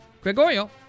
Gregorio